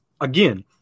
again